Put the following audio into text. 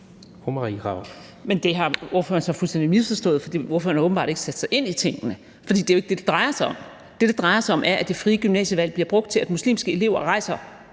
ordføreren så fuldstændig misforstået; ordføreren har åbenbart ikke sat sig ind i tingene. For det er jo ikke det, det drejer sig om. Det, det drejer sig om, er, at det frie gymnasievalg bliver brugt til, at muslimske elever rejser